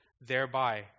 thereby